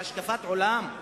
על השקפת עולם.